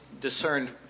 discerned